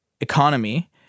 economy